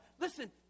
Listen